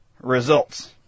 results